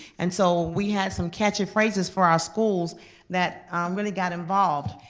and so we had some catchy phrases for our schools that really got involved.